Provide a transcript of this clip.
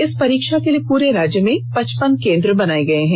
इस परीक्षा के लिए पूरे राज्य में पचपन केंद्र बनाए गए हैं